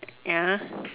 ya